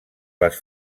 les